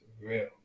real